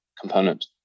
component